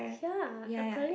ya apparently